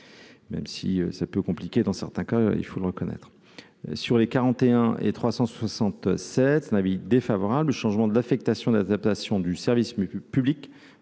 même si ça peut compliquer dans certains cas, il faut le reconnaître, sur les 41 et 360 c'est un avis défavorable, changement d'affectation d'adaptation du service public